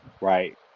right